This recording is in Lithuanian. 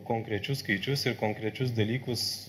konkrečius skaičius ir konkrečius dalykus